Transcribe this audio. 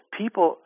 people